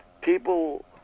people